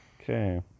Okay